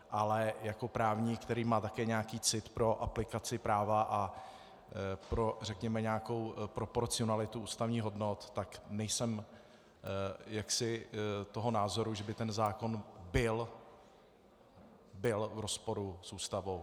Ale jako právník, který má také nějaký cit pro aplikaci práva a pro, řekněme, nějakou proporcionalitu ústavních hodnot, tak nejsem toho názoru, že by ten zákon byl v rozporu s Ústavou.